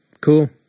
Cool